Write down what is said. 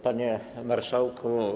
Panie Marszałku!